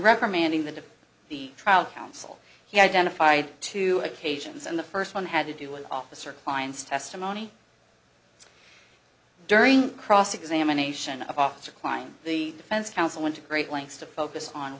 reprimanding them to the trial counsel he identified two occasions and the first one had to do with officer klein's testimony during cross examination of officer kline the defense counsel went to great lengths to focus on